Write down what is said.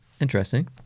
Interesting